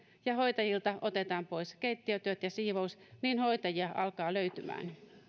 ja hoitajilta otetaan pois keittiötyöt ja siivous niin hoitajia alkaa löytymään